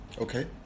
Okay